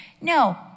No